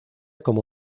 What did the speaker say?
como